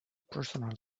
personal